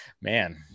man